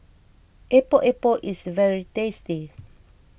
Epok Epok is very tasty